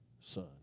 son